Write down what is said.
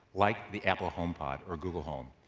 like the apple homepod or google home.